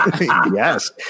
Yes